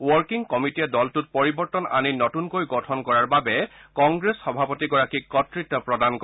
working কমিটিয়ে দলটোত পৰিবৰ্তন আনি নতুনকৈ গঠন কৰাৰ বাবে কংগ্ৰেছ সভাপতিগৰাকীক কৰ্ড়ত্ব প্ৰদান কৰে